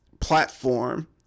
platform